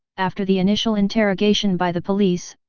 after the initial interrogation by the police,